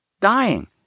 dying